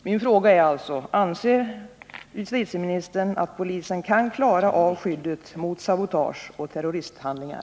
Min fråga är alltså: Anser justitieministern att polisen kan klara av skyddet mot sabotage och terroristhandlingar?